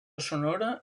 sonora